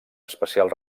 especial